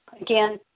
Again